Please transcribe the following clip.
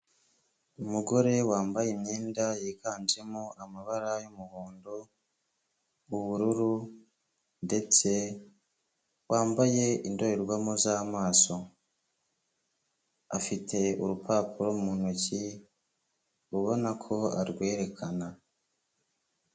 Umugore wambaye imyenda yiganjemo amabara y'umuhondo, ubururu ndetse wambaye indorerwamo z'amaso, afite urupapuro mu ntoki, ubona ko arwerekana.